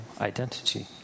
identity